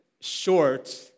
short